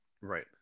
right